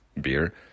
beer